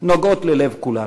נוגעות ללב כולנו.